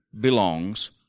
belongs